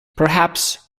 perhaps